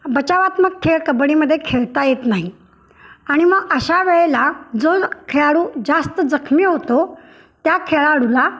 बचावात्मक खेळ कबड्डीमध्ये खेळता येत नाही आणि मग अशा वेळेला जो खेळाडू जास्त जखमी होतो त्या खेळाडूला